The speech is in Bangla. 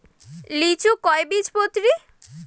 লিচু কয় বীজপত্রী?